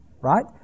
right